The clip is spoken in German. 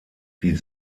die